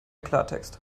klartext